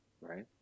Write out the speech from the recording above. Right